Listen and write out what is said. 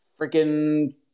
freaking